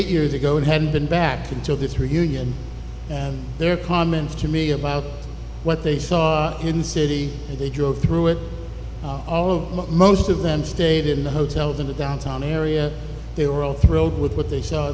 eight years ago and hadn't been back until this reunion and their comments to me about what they saw in the city and they drove through it all most of them stayed in the hotels in the downtown area they were all thrilled with what they saw